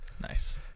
nice